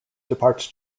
departs